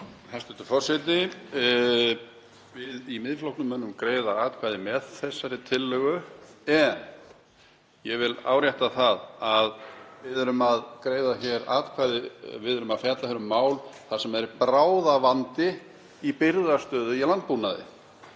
Hæstv. forseti. Við í Miðflokknum munum greiða atkvæði með þessari tillögu, en ég vil árétta það að við erum að greiða hér atkvæði og fjalla um mál þar sem er bráðavandi í birgðastöðu í landbúnaði.